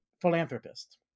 philanthropist